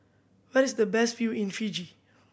where is the best view in Fiji